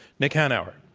nick hanauer.